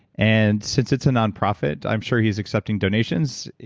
and since it's a nonprofit i'm sure he's accepting donations,